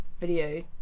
video